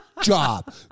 job